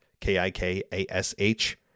K-I-K-A-S-H